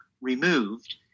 removed